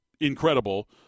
incredible